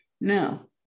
No